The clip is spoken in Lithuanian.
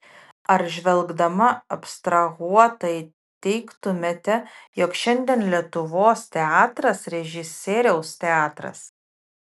ar žvelgdama abstrahuotai teigtumėte jog šiandien lietuvos teatras režisieriaus teatras